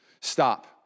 Stop